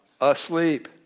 asleep